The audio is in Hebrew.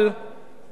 את ספרד,